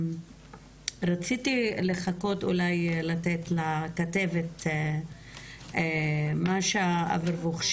רציתי לחכות ואולי לתת לכתבת מאשה אברבוך,